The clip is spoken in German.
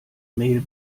mail